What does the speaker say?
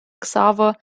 xaver